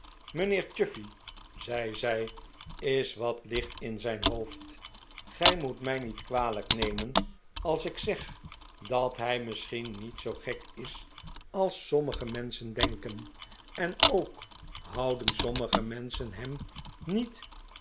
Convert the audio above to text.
mijnheer chuffey zei zij is wat licht in zijn hoofd gij moet mij niet kwalijk nemen als ik zeg dat hij misschien niet zoo gek is als sommige menschen denken en ook houden sommige menschen hem niet